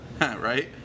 Right